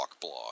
blog